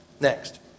Next